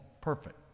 Perfect